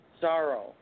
Sorrow